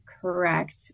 correct